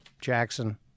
Jackson